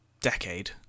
decade